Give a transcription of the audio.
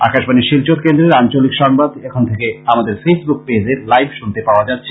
আকাশবাণী শিলচর কেন্দ্রের আঞ্চলিক সংবাদ এখন থেকে আমাদের ফেইস বুক পেজে লাইভ শুনতে পাওয়া যাচ্ছে